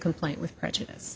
complaint with prejudice